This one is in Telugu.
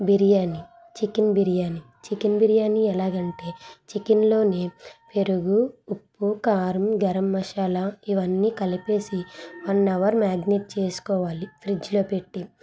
బిర్యానీ చికెన్ బిర్యానీ చికెన్ బిర్యానీ ఎలాగ అంటే చికెన్లోనే పెరుగు ఉప్పు కారం గరం మషాలా ఇవన్నీ కలిపేసి వన్ అవర్ మ్యాగ్నెట్ చేసుకోవాలి ఫ్రిడ్జ్లో పెట్టి